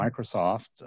Microsoft